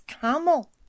camel